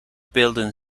building